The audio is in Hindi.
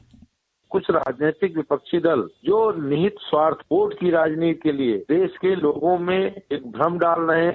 बाइट कुछ राजनैतिक विपक्षी दल जो निहित स्वार्थ वोट की राजनीति के लिये देश के लोगों में एक भ्रम डाल रहे हैं